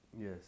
Yes